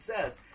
says